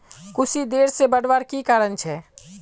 कुशी देर से बढ़वार की कारण छे?